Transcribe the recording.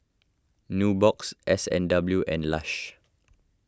Nubox S and W and Lush